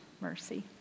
mercy